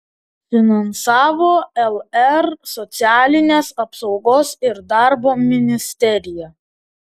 finansavo lr socialinės apsaugos ir darbo ministerija